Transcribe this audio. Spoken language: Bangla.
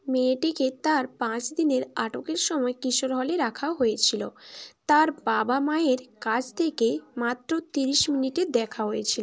মেয়েটিকে তার পাঁচ দিনের আটকের সময় কিশোর হলে রাখা হয়েছিলো তার বাবা মায়ের কাছ থেকে মাত্র তিরিশ মিনিটের দেখা হয়েছিলো